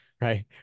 Right